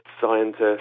scientists